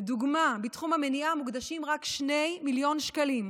לדוגמה, לתחום המניעה מוקצבים רק 2 מיליון שקלים,